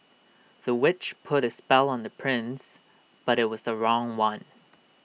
the witch put A spell on the prince but IT was the wrong one